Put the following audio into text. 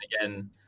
again